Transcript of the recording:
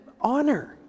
honor